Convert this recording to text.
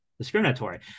Discriminatory